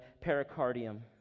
pericardium